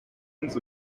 uns